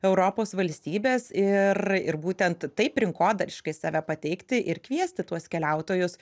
europos valstybes ir ir būtent taip rinkodariškai save pateikti ir kviesti tuos keliautojus